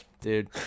dude